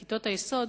כיתות היסוד,